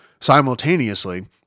Simultaneously